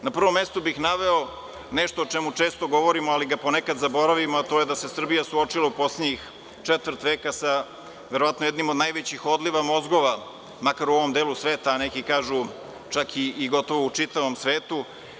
Na prvom mestu bih naveo nešto o čemu često govorimo, ali ga ponekad zaboravimo, a to je da se Srbija suočila sa poslednjih četvrt veka sa jednim od najvećih odliva mozgova, makar u ovom delu sveta, a neki kažu gotovo u čitavom svetu.